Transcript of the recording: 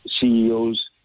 CEOs